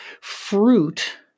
fruit